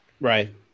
Right